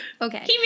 Okay